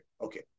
Okay